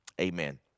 Amen